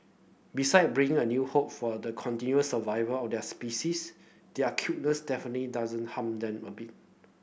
beside bringing a new hope for the continued survival of their species their cuteness definite doesn't harm than a bit